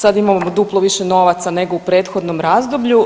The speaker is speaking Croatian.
Sad imamo duplo više novaca nego u prethodnom razdoblju.